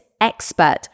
expert